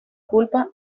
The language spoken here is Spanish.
culpa